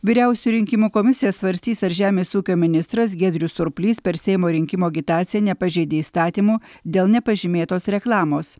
vyriausioji rinkimų komisija svarstys ar žemės ūkio ministras giedrius surplys per seimo rinkimų agitaciją nepažeidė įstatymų dėl nepažymėtos reklamos